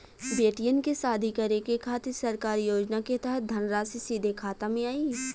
बेटियन के शादी करे के खातिर सरकारी योजना के तहत धनराशि सीधे खाता मे आई?